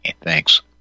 Thanks